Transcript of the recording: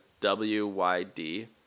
W-Y-D